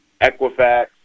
Equifax